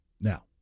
Now